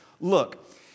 look